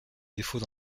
défaut